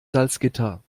salzgitter